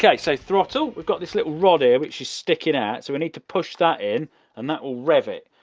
yeah so throttle. we've got this little rod here which is sticking out, so we need to push that in and that'll rev it.